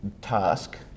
task